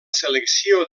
selecció